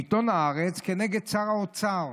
בעיתון הארץ, נגד שר האוצר